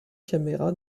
caméras